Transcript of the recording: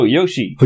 Yoshi